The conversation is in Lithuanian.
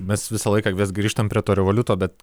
mes visą laiką vis grįžtam prie to revoliuto bet